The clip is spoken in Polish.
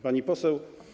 Pani Poseł!